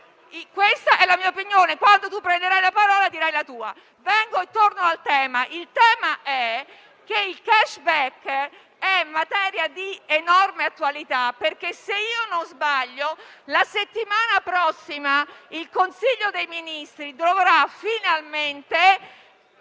Questa è la mia opinione. Quando lei prenderà la parola, dirà la sua. Tornando al tema, il *cashback* è materia di enorme attualità, perché - se non sbaglio - la settimana prossima il Consiglio dei ministri dovrà finalmente